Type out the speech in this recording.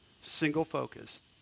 single-focused